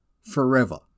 forever